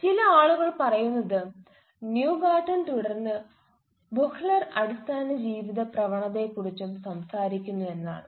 ചില ആളുകൾ പറയുന്നത് ന്യൂഗാർട്ടൻ തുടർന്ന് ബുഹ്ലർ അടിസ്ഥാന ജീവിത പ്രവണതകളെക്കുറിച്ചും സംസാരിക്കുന്നു എന്നാണ്